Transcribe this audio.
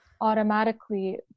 automatically